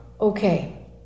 Okay